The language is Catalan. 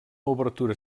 obertura